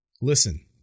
Listen